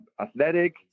athletic